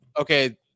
okay